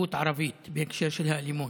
"תרבות ערבית", בהקשר של האלימות.